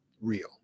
real